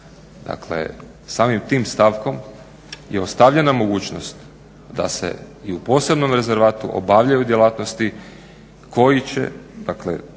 Dakle samim tim stavkom je ostavljena mogućnost da se i u posebnom rezervatu obavljaju djelatnosti koji će u